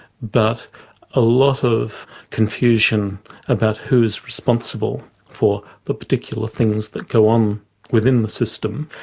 but a lot of confusion about who is responsible for the particular things that go on within the system,